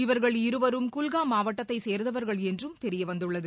இவர்கள் இருவரும் குல்காம் மாவட்டத்தைச் சேர்ந்தவர்கள் என்றும் தெரியவந்துள்ளது